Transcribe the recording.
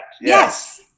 Yes